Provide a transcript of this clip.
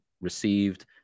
received